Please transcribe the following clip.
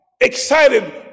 Excited